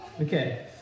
okay